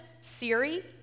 Siri